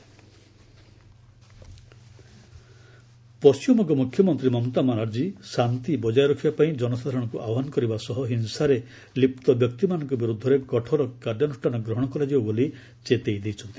ସିଏବି WB CM Paschimbanga ମୁଖ୍ୟମନ୍ତ୍ରୀ ମମତା ବାନାର୍ଜୀ ଶାନ୍ତି ବଜାୟ ରଖିବା ପାଇଁ ଜନସାଧାରଣଙ୍କୁ ଆହ୍ୱାନ କରିବା ସହ ହିଂସାରେ ଲିପ୍ତ ବ୍ୟକ୍ତିମାନଙ୍କ ବିରୁଦ୍ଧରେ କଠୋର କାର୍ଯ୍ୟାନୁଷ୍ଠାନ ଗ୍ରହଣ କରାଯିବ ବୋଲି ଚେତେଇ ଦେଇଛନ୍ତି